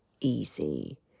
easy